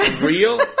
real